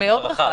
אוקיי.